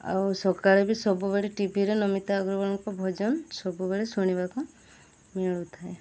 ଆଉ ସକାଳେ ବି ସବୁବେଳେ ଟିଭିରେ ନମିତା ଅଗ୍ରବାଲଙ୍କ ଭଜନ ସବୁବେଳେ ଶୁଣିବାକୁ ମିଳୁଥାଏ